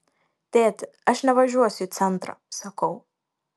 tėti aš nevažiuosiu į centrą sakau